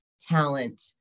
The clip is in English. talent